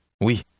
Oui